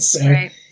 Right